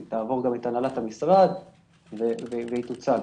היא תעבור גם את הנהלת המשרד והיא תוצג.